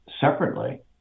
separately